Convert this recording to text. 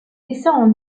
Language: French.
descend